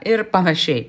ir panašiai